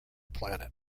planet